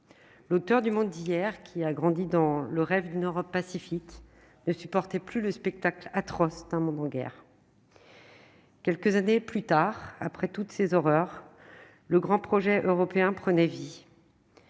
l'auteur du Monde d'hier, qui a grandi dans le rêve d'une Europe pacifique ne supportait plus le spectacle atroce d'un monde en guerre, quelques années plus tard, après toutes ces horreurs, le grand projet européen prenait vie